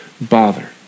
bother